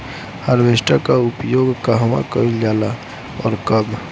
Harvester का उपयोग कहवा कइल जाला और कब?